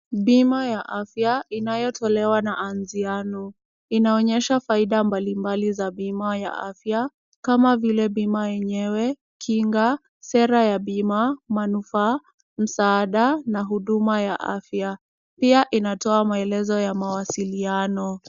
Bima ya afya inayo tolewa na anziano, inaonyesha faida mbalimbali za bima ya afya, kama vile bima yenyewe, kinga, sera ya bima, manufaa, msaada na huduma ya afya .Pia inatoa maelezo ya mawasiliano.